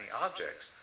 objects